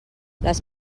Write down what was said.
les